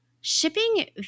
Shipping